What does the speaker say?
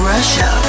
Russia